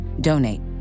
Donate